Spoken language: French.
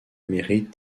mérite